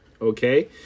Okay